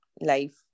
life